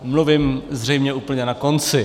Mluvím zřejmě úplně na konci.